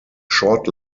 short